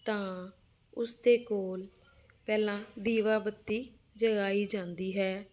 ਤਾਂ ਉਸਦੇ ਕੋਲ ਪਹਿਲਾਂ ਦੀਵਾ ਬੱਤੀ ਜਗਾਈ ਜਾਂਦੀ ਹੈ